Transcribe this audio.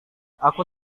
aku